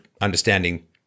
understanding